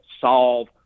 solve